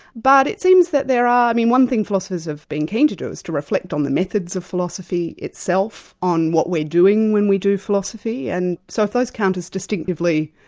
but it seems that there are i mean one thing philosophers have been keen to do is to reflect on the methods of philosophy itself, on what we're doing when we do philosophy. and so if those count as distinctively,